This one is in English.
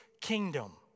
kingdom